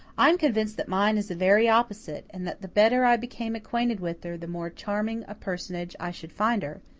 i'm convinced that mine is the very opposite, and that the better i became acquainted with her, the more charming a personage i should find her,